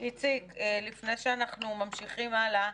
איציק, לפני שאנחנו ממשיכים הלאה,